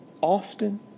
often